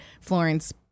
Florence